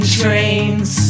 trains